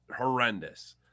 horrendous